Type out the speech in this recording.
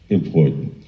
important